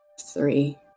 three